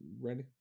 ready